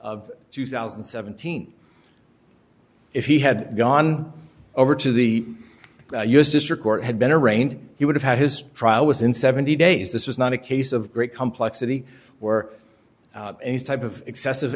of two thousand and seventeen if he had gone over to the u s district court had been arraigned he would have had his trial within seventy days this was not a case of great complexity or any type of excessive